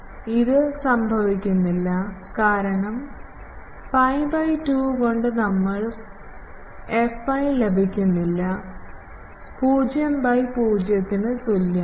ഇത് സംഭവിക്കുന്നില്ല കാരണം pi by 2 കൊണ്ട് നമുക്ക് fy ലഭിക്കുന്നത് 0 by 0 ന് തുല്യമാണ്